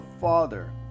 father